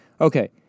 Okay